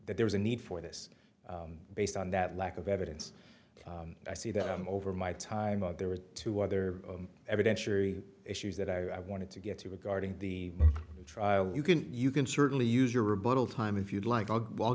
that there was a need for this based on that lack of evidence i see that over my time out there were two other evidence sheree issues that i wanted to get to regarding the trial you can you can certainly use your rebuttal time if you'd like